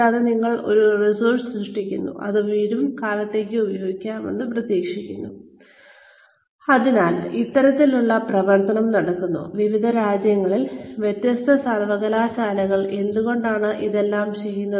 കൂടാതെ ഞങ്ങൾ ഒരു റിസോഴ്സ് സൃഷ്ടിക്കുന്നു അത് വരും കാലത്തേക്ക് ഉപയോഗിക്കുമെന്ന് പ്രതീക്ഷിക്കുന്നു അതിനാൽ ഇത്തരത്തിലുള്ള പ്രവർത്തനം നടക്കുന്നു വിവിധ രാജ്യങ്ങളിൽ വ്യത്യസ്ത സർവകലാശാലകളിൽ എന്തുകൊണ്ടാണ് ഇതെല്ലാം ചെയ്യുന്നത്